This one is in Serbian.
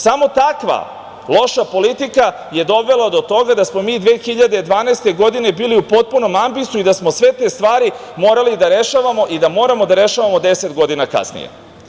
Samo takva loša politika, je dovela dao toga da smo mi 2012. godine bili u potpunom ambisu i da smo sve te stvari morali da rešavamo i da moramo da rešavamo 10 godina kasnije.